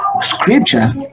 scripture